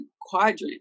Quadrant